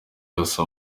yose